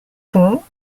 pont